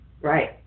Right